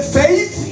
faith